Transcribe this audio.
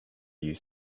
you